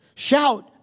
Shout